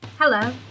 Hello